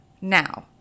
Now